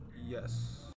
Yes